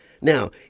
now